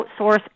outsource